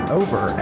over